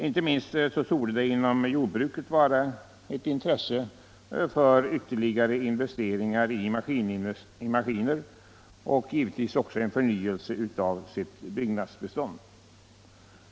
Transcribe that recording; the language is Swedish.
Inte minst torde det inom jordbruket finnas ett intresse för ytterligare investeringar i maskiner och förnyelse av byggnadsbeståndet.